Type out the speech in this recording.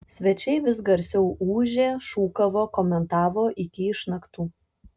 svečiai vis garsiau ūžė šūkavo komentavo iki išnaktų